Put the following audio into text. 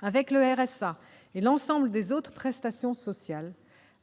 Avec le RSA et l'ensemble des autres prestations sociales,